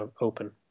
open